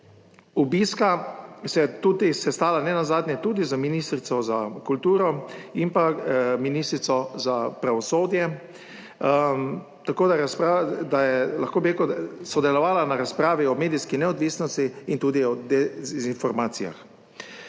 obiska se je tudi sestala, nenazadnje tudi z ministrico za kulturo in pa ministrico za pravosodje. Tako da razprava, da je, lahko bi rekel, sodelovala na razpravi o medijski neodvisnosti in tudi o dezinformacijah.